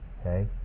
Okay